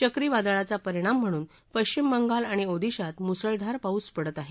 चक्रीवादळाचा परिणाम म्हणून पश्चिम बंगाल आणि ओदिशात मुसळधार पाऊस पडत आहे